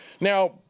Now